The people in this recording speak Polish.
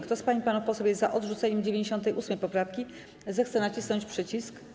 Kto z pań i panów posłów jest za odrzuceniem 98. poprawki, zechce nacisnąć przycisk.